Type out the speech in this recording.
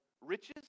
riches